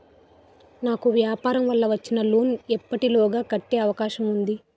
నాకు వ్యాపార వల్ల వచ్చిన లోన్ నీ ఎప్పటిలోగా కట్టే అవకాశం ఉంది?